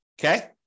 Okay